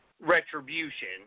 retribution